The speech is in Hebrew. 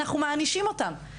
אנחנו מענישים אותן.